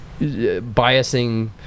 biasing